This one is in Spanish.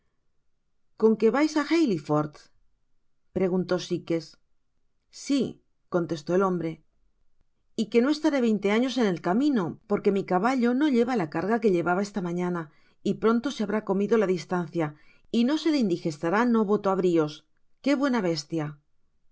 con qué vais á hallifort preguntó sites si contestó el hombre y que no estañé veinte años en el camino porque mi caballo no lleva la carga que llevaba esta mañana y pronto se habrá comido la distancia y no se le indigestará no voto á brios qué buena bestia